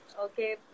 Okay